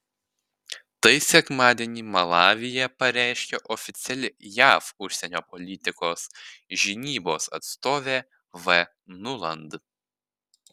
tai sekmadienį malavyje pareiškė oficiali jav užsienio politikos žinybos atstovė v nuland